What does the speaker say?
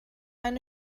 eine